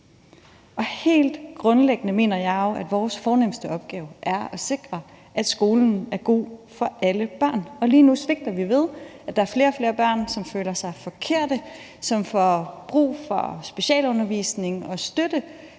Helt grundlæggende mener jeg jo, at vores fornemste opgave er at sikre, at skolen er god for alle børn, og lige nu svigter vi, ved at der er flere og flere børn, som føler sig forkerte, og som får brug for specialundervisning og støtte,